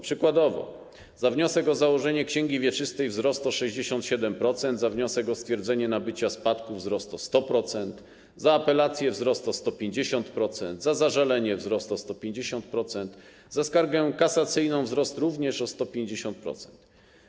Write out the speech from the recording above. Przykładowo za wniosek o założenie księgi wieczystej - wzrost opłaty o 67%, za wniosek o stwierdzenie nabycia spadku - wzrost o 100%, za apelację - wzrost o 150%, za zażalenie - wzrost o 150%, za skargę kasacyjną - również wzrost o 150%.